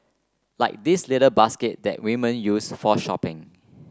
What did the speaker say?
like these little basket that women use for shopping